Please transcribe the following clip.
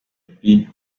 pig